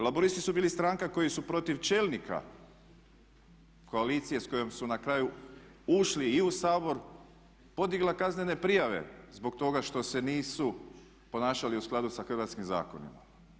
Laburisti su bili stranka koji su protiv čelnika koalicije s kojom su na kraju ušli i u Sabor podigla kaznene prijave zbog toga što se nisu ponašali u skladu sa hrvatskim zakonima.